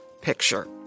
picture